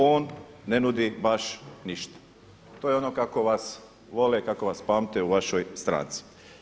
On ne nudi baš ništa.“ To je ono kako vas vole, kako vas pamte u vašoj stranci.